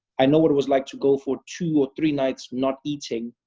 i know what it was like to go for two or three nights not eating,